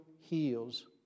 heals